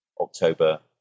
October